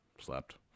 Slept